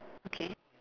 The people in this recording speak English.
okay